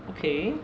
okay